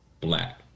black